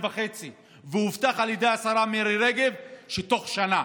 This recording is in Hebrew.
וחצי והובטח על ידי השרה מירי רגב שבתוך שנה